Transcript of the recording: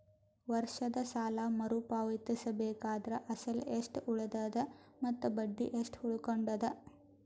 ವರ್ಷದ ಸಾಲಾ ಮರು ಪಾವತಿಸಬೇಕಾದರ ಅಸಲ ಎಷ್ಟ ಉಳದದ ಮತ್ತ ಬಡ್ಡಿ ಎಷ್ಟ ಉಳಕೊಂಡದ?